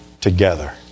together